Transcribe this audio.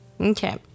Okay